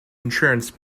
insurance